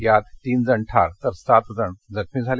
यात तीन जण ठार तर सात जण जखमी झाले